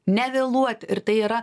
nevėluoti ir tai yra